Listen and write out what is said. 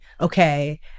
Okay